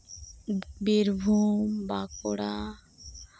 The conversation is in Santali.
ᱵᱤᱨᱵᱷᱩᱢ ᱵᱟᱸᱠᱩᱲᱟ